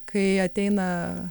kai ateina